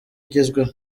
igezweho